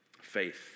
Faith